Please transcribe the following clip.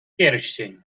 pierścień